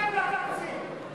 העם רוצה שלום,